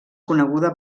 coneguda